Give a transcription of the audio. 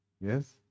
Yes